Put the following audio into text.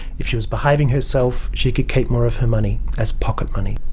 if she was behaving herself, she could keep more of her money as pocket money.